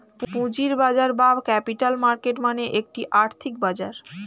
পুঁজির বাজার বা ক্যাপিটাল মার্কেট মানে একটি আর্থিক বাজার